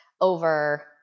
over